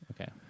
Okay